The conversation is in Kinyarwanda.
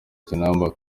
kinamba